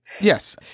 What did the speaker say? Yes